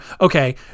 okay